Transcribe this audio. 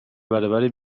برابر